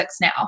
now